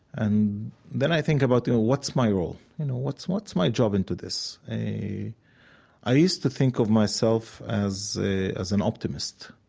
and then i think about, you know, what's my role? you know, what's what's my job into this? i used to think of myself as as an optimist.